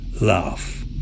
laugh